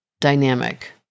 dynamic